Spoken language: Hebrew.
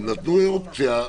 הם נתנו אופציה.